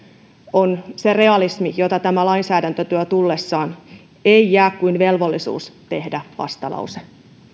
on sitä realismia jota tämä lainsäädäntö tuo tullessaan ei jää kuin velvollisuus tehdä vastalause